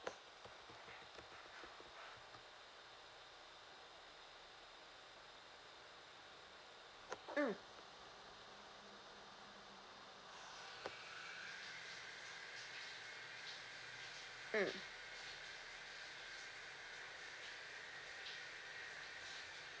mm mm